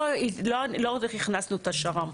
לא הכנסנו את השר"מ.